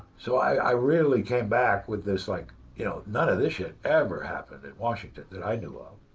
so i really came back with this like you know none of this shit ever happened in washington that i knew of.